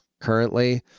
currently